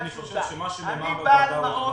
אני בעל מעון,